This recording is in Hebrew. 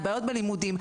לבעיות בלימודים,